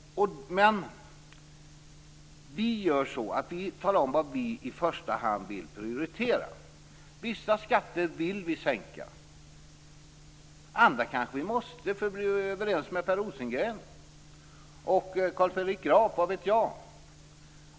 Vi gör så att vi talar om vad vi i första hand vill prioritera. Vissa skatter vill vi sänka. Andra kanske vi måste för att bli överens med Per Rosengren och Carl Fredrik Graf - vad vet jag.